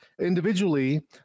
Individually